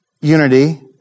unity